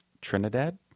Trinidad